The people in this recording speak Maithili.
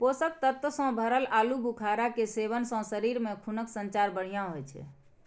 पोषक तत्व सं भरल आलू बुखारा के सेवन सं शरीर मे खूनक संचार बढ़िया होइ छै